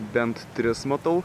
bent tris matau